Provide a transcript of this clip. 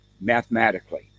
mathematically